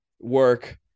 work